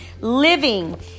Living